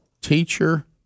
teacher